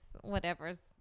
whatever's